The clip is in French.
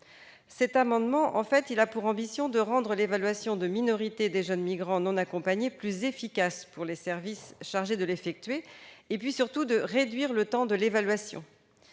Cet amendement a pour objet de rendre l'évaluation de minorité des jeunes migrants non accompagnés plus efficace pour les services chargés de l'effectuer et, surtout, de réduire le temps de l'évaluation.